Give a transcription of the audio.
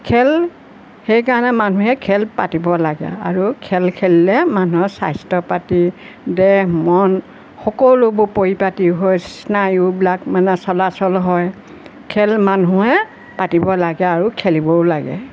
খেল সেইকাৰণে মানুহে খেল পাতিব লাগে আৰু খেল খেলিলে মানুহৰ স্বাস্থ্য পাতি দেহ মন সকলোবোৰ পৰিপাটী হৈ স্নায়ুবিলাক মানে চলাচল হয় খেল মানুহে পাতিব লাগে আৰু খেলিবও লাগে